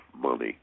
money